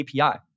API